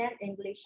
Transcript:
English